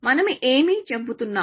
మనం ఏమి చెబుతున్నాం